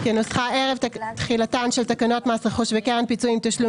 כנוסחה ערב תחילתן של תקנות מס רכוש וקרן פיצויים (תשלום